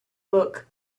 book